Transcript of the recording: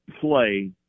play